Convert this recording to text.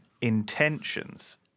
intentions